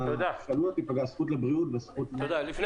עלולות להיפגע הזכות לבריאות- -- לפני